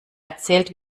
erzählt